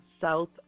South